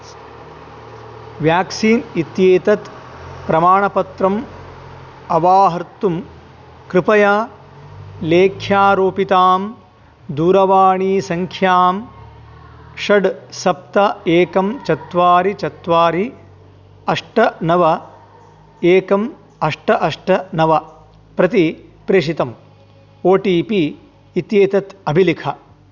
vaccine इत्येतत् प्रमाणपत्रम् अवाहर्तुं कृपया लेख्यारोपितां दूरवाणीसङ्ख्यां षट् सप्त एकं चत्वारि चत्वारि अष्ट नव एकम् अष्ट अष्ट नव प्रति प्रेषितम् ओ टि पि इत्येतत् अभिलिख